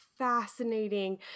fascinating